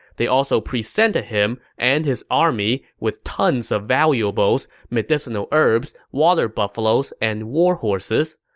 they also presented him and his army with tons of valuables, medicinal herbs, water buffaloes, and war horses.